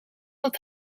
dat